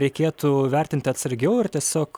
reikėtų vertinti atsargiau ir tiesiog